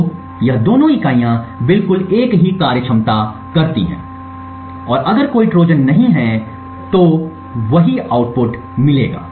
तो यह दोनों इकाइयाँ बिल्कुल एक ही कार्यक्षमता करती हैं और अगर कोई ट्रोजन नहीं है और वही आउटपुट देगा